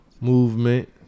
movement